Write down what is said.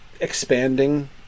expanding